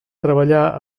treballar